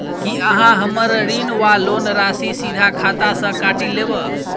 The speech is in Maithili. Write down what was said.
की अहाँ हम्मर ऋण वा लोन राशि सीधा खाता सँ काटि लेबऽ?